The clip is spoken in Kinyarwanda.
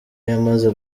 yamaze